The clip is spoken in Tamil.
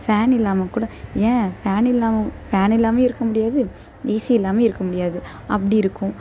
ஃபேன் இல்லாமல் கூட ஏன் ஃபேன் இல்லாமல் ஃபேன் இல்லாமையும் இருக்க முடியாது ஏசி இல்லாமையும் இருக்க முடியாது அப்படி இருக்கும்